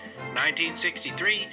1963